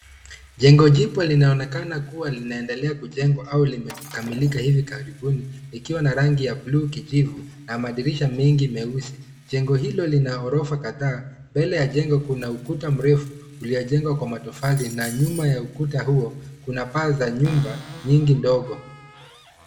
Jengo jipya linaonekana kuwa linaendelea kujengwa au limekamilika hivi karibuni. Likiwa na rangi ya buluu kijivu na madirisha mengi meusi. Jengo hilo lina orofa kadhaa. Mbele ya jengo kuna ukuta mrefu, uliyojengwa kwa matofali, na nyuma ya ukuta huo kuna paa za nyumba nyingi ndogo.